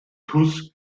tus